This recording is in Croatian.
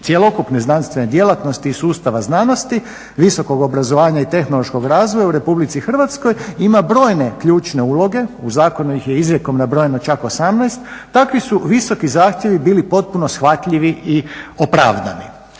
cjelokupne znanstvene djelatnosti i sustava znanosti, visokog obrazovanja i tehnološkog razvoja u Republici Hrvatskoj, ima brojne ključne uloge, u zakonu ih je izrijekom nabrojano čak 18. Takvi su visoki zahtjevi bili potpuno shvatljivi i opravdani.